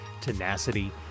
tenacity